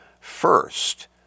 first